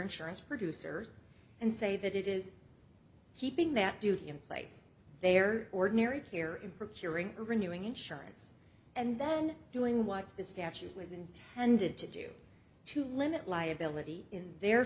insurance producers and say that it is keeping that duty in place their ordinary care in procuring renewing insurance and then doing what the statute was intended to do to limit liability in the